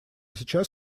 сейчас